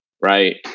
right